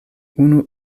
unu